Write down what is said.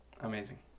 Amazing